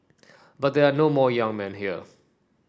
but there are no more young men here